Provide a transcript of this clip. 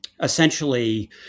essentially